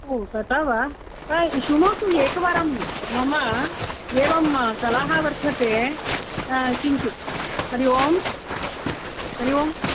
ओ तथा वा अय् शृणोतु एकवारं मम एवं सलाहा वर्तते किञ्चित् हरिः ओं हरिः ओम्